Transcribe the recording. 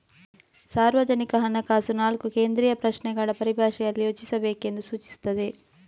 ಸಾರ್ವಜನಿಕ ಹಣಕಾಸು ನಾಲ್ಕು ಕೇಂದ್ರೀಯ ಪ್ರಶ್ನೆಗಳ ಪರಿಭಾಷೆಯಲ್ಲಿ ಯೋಚಿಸಬೇಕೆಂದು ಸೂಚಿಸುತ್ತದೆ